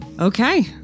Okay